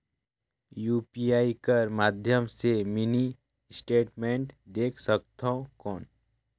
UPI कर माध्यम से मिनी स्टेटमेंट देख सकथव कौन?